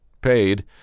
Paid